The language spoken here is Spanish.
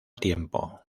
tiempo